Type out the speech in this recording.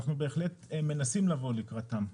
ואנחנו בהחלט מנסים לבוא לקראתם.